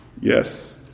Yes